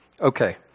Okay